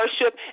worship